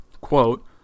quote